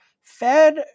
Fed